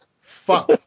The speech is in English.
Fuck